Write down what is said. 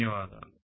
ధన్యవాదాలు